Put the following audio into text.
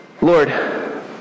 Lord